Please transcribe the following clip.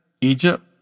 Egypt